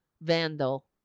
vandal